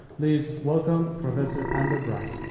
please welcome professor amber brian.